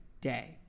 day